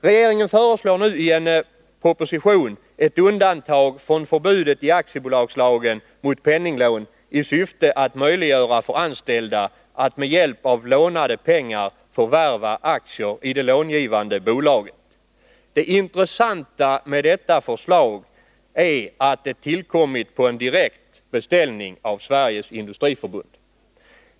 Regeringen föreslår nu i en proposition ett undantag från förbudet i aktiebolagslagen mot penninglån i syfte att möjliggöra för anställda att med hjälp av lånade pengar förvärva aktier i det långivande bolaget. Det intressanta med detta förslag är att det tillkommit på en direkt beställning från Sveriges Industriförbund.